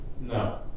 no